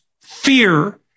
fear